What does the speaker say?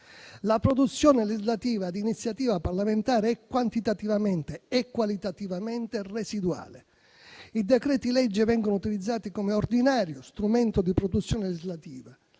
La produzione legislativa di iniziativa parlamentare è quantitativamente e qualitativamente residuale; i decreti-legge vengono utilizzati come un ordinario strumento di produzione legislativa,